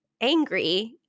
angry